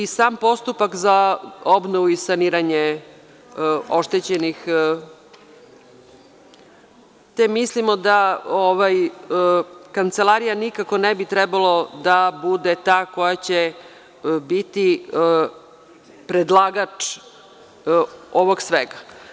Sam postupak za obnovu i saniranje oštećenih, te mislimo da Kancelarija nikako ne bi trebala da bude ta koja će biti predlagač ovog svega.